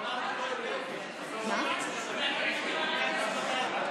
חבריי חברי הכנסת,